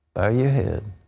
ah your head.